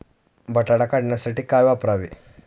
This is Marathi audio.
बटाटा काढणीसाठी काय वापरावे?